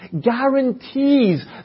guarantees